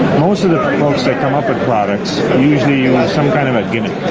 most of the folks that come up with products and usually use some kind of a gimmick.